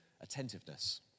attentiveness